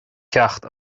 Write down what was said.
ceacht